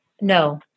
no